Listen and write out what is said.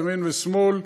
ימין ושמאל,